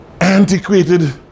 antiquated